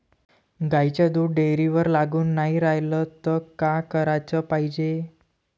गाईचं दूध डेअरीवर लागून नाई रायलं त का कराच पायजे?